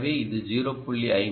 எனவே இது 0